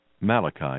Malachi